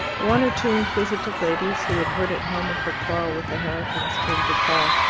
one or two inquisitive ladies, who had heard at home of her quarrel with the herritons, came to call.